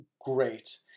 great